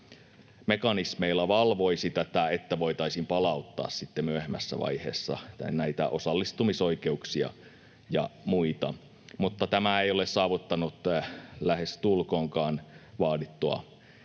monitorointimekanismeilla valvoisi tätä, niin että voitaisiin palauttaa sitten myöhemmässä vaiheessa näitä osallistumisoikeuksia ja muita. Mutta tämä ei ole saavuttanut lähestulkoonkaan vaadittua